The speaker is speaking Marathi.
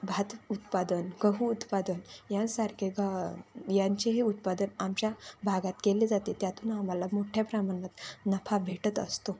भात उत्पादन गहू उत्पादन यासारखे ग यांचेही उत्पादन आमच्या भागात केले जाते त्यातून आम्हाला मोठ्या प्रमाणात नफा भेटत असतो